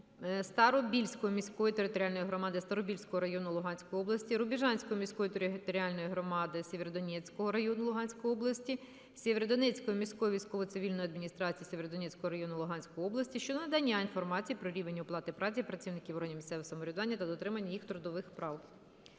Старобільської міської територіальної громади Старобільського району Луганської області, Рубіжанської міської територіальної громади Сєвєродонецького району Луганської області, Сєвєродонецької міської військово-цивільної адміністрації Сєвєродонецького району Луганської області щодо надання інформації про рівень оплати праці працівників органів місцевого самоврядування та дотримання їх трудових прав.